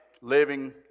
living